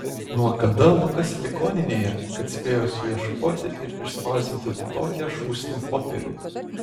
nuo kada lukas ligoninėje kad spėjo suieškoti ir išspausdinti tokią šūsnį popierių